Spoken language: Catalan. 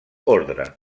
ordre